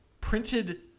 printed